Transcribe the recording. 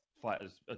fighters